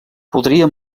podria